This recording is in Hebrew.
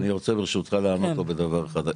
אני רוצה ברשותך לענות לו בדבר אחד,